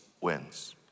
wins